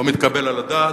זה לא מתקבל על הדעת.